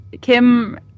Kim